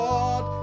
Lord